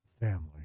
family